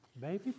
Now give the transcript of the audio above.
Baby